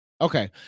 okay